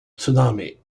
tsunami